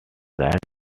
right